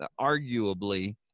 arguably